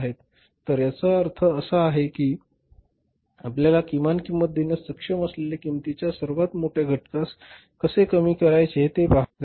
तर याचा अर्थ असा आहे की आपल्याला किमान किंमत देण्यास सक्षम असलेल्या किंमतीच्या सर्वात मोठ्या घटकास कसे कमी करायचे ते पहावे लागेल